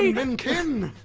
myn kin!